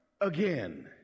again